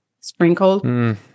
sprinkled